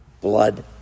blood